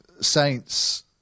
Saints